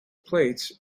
plates